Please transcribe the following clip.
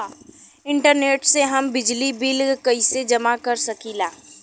Internet से हम बिजली बिल कइसे जमा कर सकी ला?